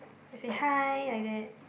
and say hi like that